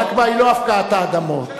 הנכבה היא לא הפקעת האדמות,